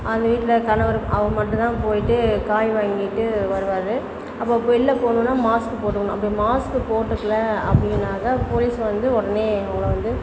அந்த வீட்டில் கணவர் அவங்க மட்டும்தான் போயிட்டு காய் வாங்கிட்டு வருவார் அப்போ வெளில போகணுனா மாஸ்க் போட்டுக்கணும் அப்படி மாஸ்க்கு போட்டுக்கலை அப்படின்னாக்கா போலீஸ் வந்து உடனே அவங்கள வந்து